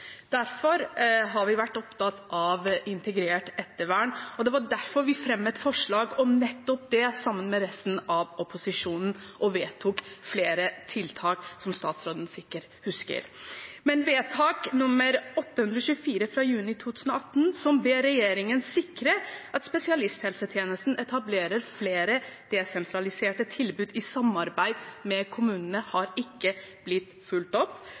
Derfor har vi vært opptatt av integrert ettervern, og det var derfor vi fremmet forslag om nettopp det sammen med resten av opposisjonen og vedtok flere tiltak, som statsråden sikkert husker. Men vedtak nr. 842 fra juni 2018, som ber regjeringen sikre at spesialisthelsetjenesten etablerer flere desentraliserte tilbud i samarbeid med kommunene, er ikke blitt fulgt opp,